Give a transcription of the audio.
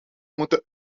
moeten